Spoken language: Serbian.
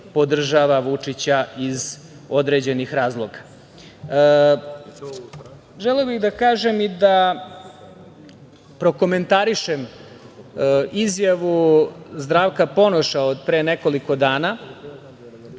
podržava Vučića iz određenih razloga. Želeo bih da kažem i da prokomentarišem izjavu Zdravka Ponoša od pre nekoliko dana